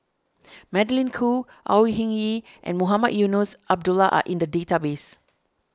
Magdalene Khoo Au Hing Yee and Mohamed Eunos Abdullah are in the database